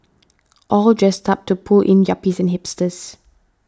all dressed up to pull in yuppies and hipsters